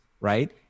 right